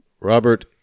Robert